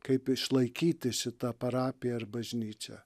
kaip išlaikyti šitą parapiją ar bažnyčią